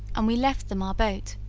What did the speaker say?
and we left them our boat,